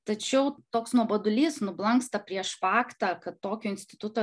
tačiau toks nuobodulys nublanksta prieš faktą kad tokio instituto